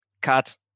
cut